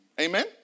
Amen